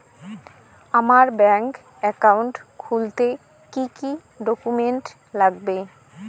আমার bank account খুলতে কি কি ডকুমেন্ট লাগবে?